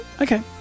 Okay